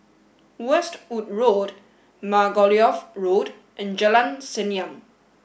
Westwood Road Margoliouth Road and Jalan Senyum